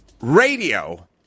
Radio